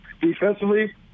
Defensively